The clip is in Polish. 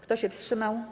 Kto się wstrzymał?